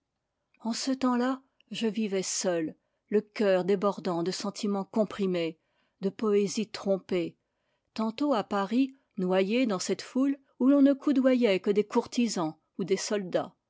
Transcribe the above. en ce temps-là je vivais seul le cœur débordant de sentimens comprimés de poésie trompée tantôt à paris noyé dans cette foule où l'on ne coudoyait que des courtisans ou des soldats